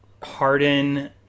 Harden